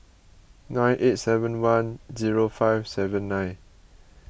nine eight seven one zero five seven nine